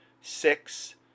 Six